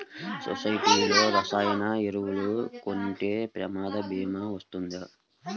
సొసైటీలో రసాయన ఎరువులు కొంటే ప్రమాద భీమా వస్తుందా?